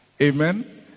Amen